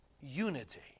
unity